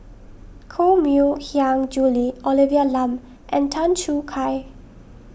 Koh Mui Hiang Julie Olivia Lum and Tan Choo Kai